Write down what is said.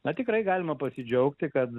na tikrai galima pasidžiaugti kad